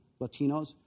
Latinos